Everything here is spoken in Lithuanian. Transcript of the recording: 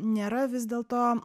nėra vis dėlto